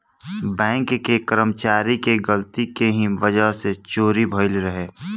bank के कर्मचारी के गलती के ही वजह से चोरी भईल रहे